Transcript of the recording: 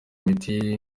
miti